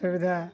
ସୁବିଧା